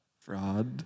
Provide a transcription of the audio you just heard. fraud